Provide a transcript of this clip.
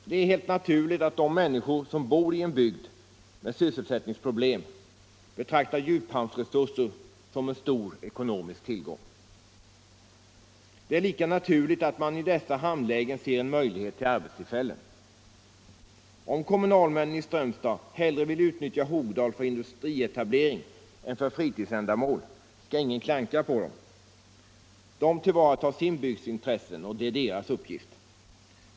Det är helt naturligt att de människor som bor i en bygd med sysselsättningsproblem betraktar djuphamnsresurser som en stor ekonomisk tillgång. Det är lika naturligt att man i dessa hamnlägen ser en möjlighet till arbetstillfällen. Om kommunalmännen i Strömstad hellre vill utnyttja Hogdal för industrietablering än för fritidsändamål skall ingen klanka på dem. De tillvaratar sin bygds intressen — det är deras uppgift.